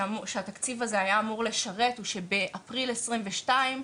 שהתקציב הזה היה אמור לשרת הוא שבאפריל 2022,